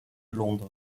londres